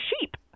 sheep